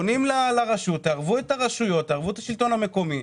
תערבו את הרשויות, את השלטון המקומי.